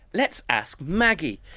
let's ask maggie.